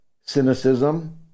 cynicism